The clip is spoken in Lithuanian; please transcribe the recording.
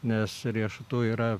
nes riešutų yra